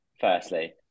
firstly